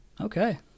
okay